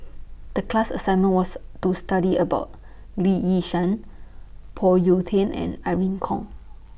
The class assignment was to study about Lee Yi Shyan Phoon Yew Tien and Irene Khong